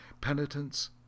Penitence